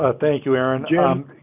ah thank you, aaron. jim?